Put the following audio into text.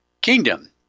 Kingdom